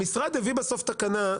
המשרד הביא בסוף תקנה,